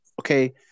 Okay